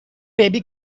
baby